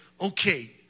okay